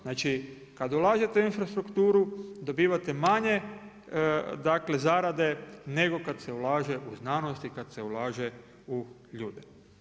Znači kada ulažete u infrastrukturu dobivate manje dakle zarade nego kada se ulaže u znanost i kada se ulaže u ljude.